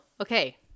Okay